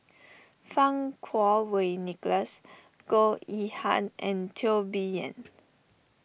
Fang Kuo Wei Nicholas Goh Yihan and Teo Bee Yen